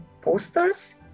posters